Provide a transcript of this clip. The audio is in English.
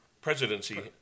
presidency